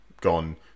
gone